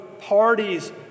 parties